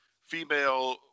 female